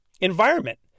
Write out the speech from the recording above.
environment